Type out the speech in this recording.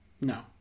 No